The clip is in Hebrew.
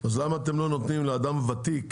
הבטיחות הוא לא רק הנושא של כבישים ותשתית